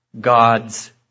God's